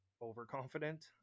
overconfident